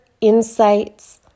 insights